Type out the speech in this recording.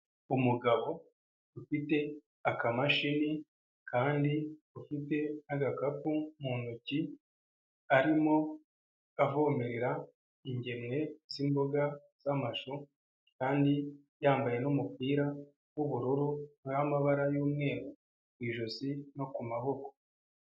Umugabo ufite akamashini kandi ufite'agakapu mu ntoki, arimo avomera ingemwe z'imboga z'amashu kandi yambaye n'umupira w'ubururu n'amabara y'umweru ku ijosi no ku maboko.